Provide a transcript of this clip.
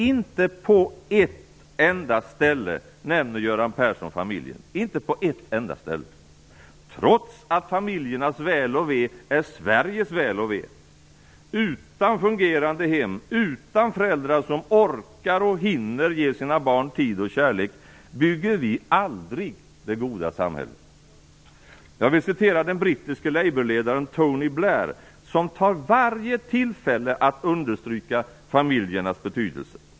Inte på ett enda ställe nämner Göran Persson familjen - inte på ett enda ställe - trots att familjernas väl och ve är Sveriges väl och ve. Utan fungerande hem, utan föräldrar som orkar och hinner ge sina barn tid och kärlek bygger vi aldrig det goda samhället. Jag vill citera den brittiske labourledaren Tony Blair som tar varje tillfälle att understryka familjernas betydelse.